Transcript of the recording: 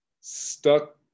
stuck